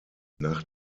nach